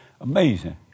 Amazing